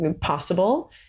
possible